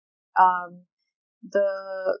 um the